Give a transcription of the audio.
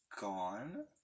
gone